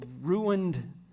ruined